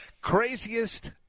Craziest